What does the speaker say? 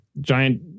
giant